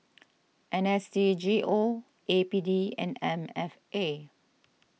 N S D G O A P D and M F A